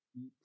eat